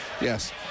yes